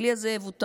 הכלי הזה יבוטל.